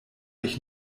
ich